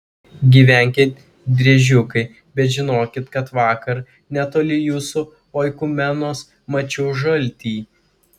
gyvenkit driežiukai bet žinokit kad vakar netoli jūsų oikumenos mačiau žaltį